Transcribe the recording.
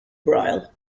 braille